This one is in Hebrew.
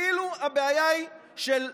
כאילו הבעיה היא של,